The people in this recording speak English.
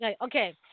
okay